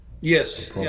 Yes